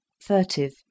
furtive